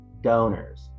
donors